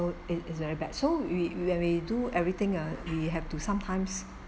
so it is very bad so we when we do everything uh we have to sometimes